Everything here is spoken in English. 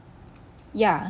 ya